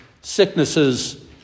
sicknesses